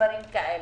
דברים כאלה.